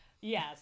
Yes